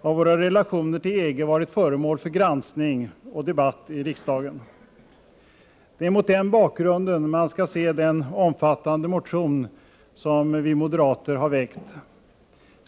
har våra relationer till EG varit föremål för granskning och debatt i riksdagen. Det är mot den bakgrunden man skall se den omfattande motion som vi moderater har väckt.